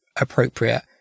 appropriate